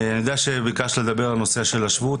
אני יודע שביקשת לדבר על נושא השבות,